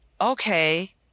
okay